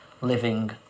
living